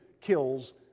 kills